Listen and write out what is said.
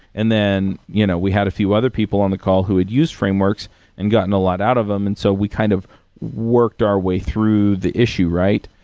and then you know we had a few other people on the call who would use frameworks and gotten a lot out of them. and so, we kind of worked our way through the issue, right?